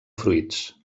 fruits